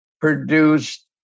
produced